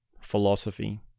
philosophy